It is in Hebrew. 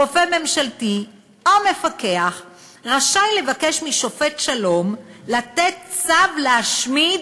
רופא ממשלתי או מפקח רשאי לבקש משופט שלום לתת צו להשמיד,